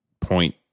point